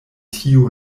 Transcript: tiu